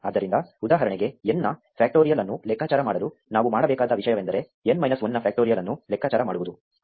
ಆದ್ದರಿಂದ ಉದಾಹರಣೆಗೆ n ನ ಫ್ಯಾಕ್ಟೋರಿಯಲ್ ಅನ್ನು ಲೆಕ್ಕಾಚಾರ ಮಾಡಲು ನಾವು ಮಾಡಬೇಕಾದ ವಿಷಯವೆಂದರೆ n ಮೈನಸ್ 1 ನ ಫ್ಯಾಕ್ಟೋರಿಯಲ್ ಅನ್ನು ಲೆಕ್ಕಾಚಾರ ಮಾಡುವುದು